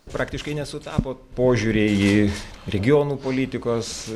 praktiškai nesutapo požiūriai į regionų politikos